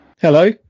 Hello